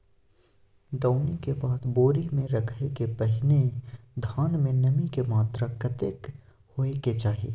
दौनी के बाद बोरी में रखय के पहिने धान में नमी के मात्रा कतेक होय के चाही?